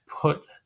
put